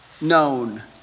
known